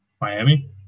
Miami